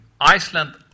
Iceland